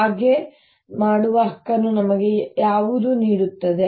ಹಾಗೆ ಮಾಡುವ ಹಕ್ಕನ್ನು ನಮಗೆ ಯಾವುದು ನೀಡುತ್ತದೆ